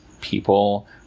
people